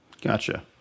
Gotcha